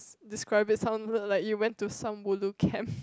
describe it sound you like you went to some ulu camp